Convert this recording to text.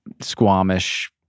Squamish